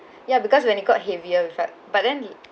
ya because when it got heavier with that but then